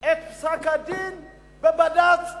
את פסק-הדין בבד"ץ.